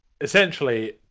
Essentially